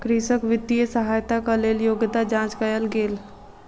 कृषक वित्तीय सहायताक लेल योग्यता जांच कयल गेल